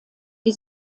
wie